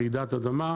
רעידת אדמה.